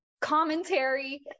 commentary